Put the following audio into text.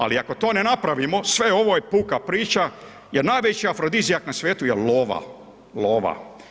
Ali ako to ne napravimo sve je ovo puka priča jer najveći afrodizijak na svijetu je lova, lova.